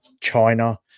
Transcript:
China